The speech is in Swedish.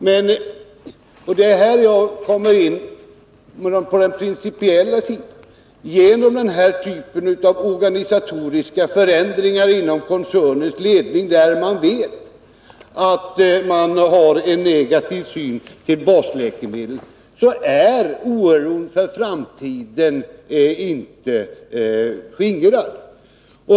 Men — det är här jag kommer in på den principiella sidan — genom den här typen av organisatoriska förändringar inom koncernens ledning, där vi vet att man har en negativ syn på basläkemedel, skingras inte oron för framtiden.